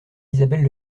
isabelle